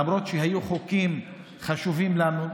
למרות שהיו חוקים חשובים לנו,